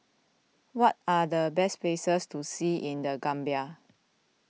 what are the best places to see in the Gambia